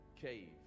cave